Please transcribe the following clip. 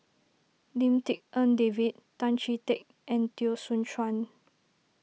Lim Tik En David Tan Chee Teck and Teo Soon Chuan